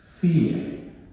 fear